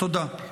תודה.